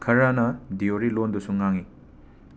ꯈꯔꯅ ꯗꯤꯌꯣꯔꯤ ꯂꯣꯟꯗꯁꯨ ꯉꯥꯡꯉꯤ